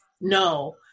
no